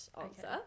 answer